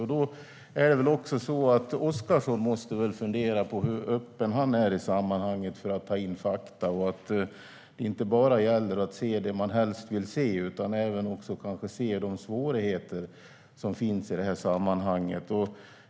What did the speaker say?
Då måste väl även Oscarsson fundera på hur öppen han är för att ta in fakta. Det gäller ju inte bara att se det man helst vill se utan även kanske se de svårigheter som finns.